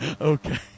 Okay